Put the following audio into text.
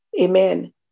Amen